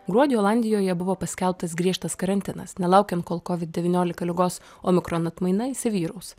gruodį olandijoje buvo paskelbtas griežtas karantinas nelaukiant kol covid devyniolika ligos omikron atmaina įsivyraus